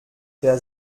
der